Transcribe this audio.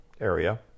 area